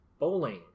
bowling